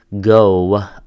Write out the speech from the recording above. go